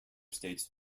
states